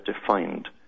defined